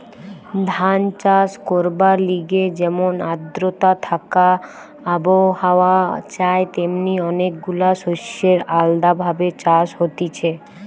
ধান চাষ করবার লিগে যেমন আদ্রতা থাকা আবহাওয়া চাই তেমনি অনেক গুলা শস্যের আলদা ভাবে চাষ হতিছে